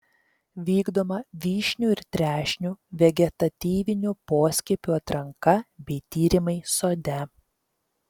vykdoma vyšnių ir trešnių vegetatyvinių poskiepių atranka bei tyrimai sode